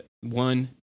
one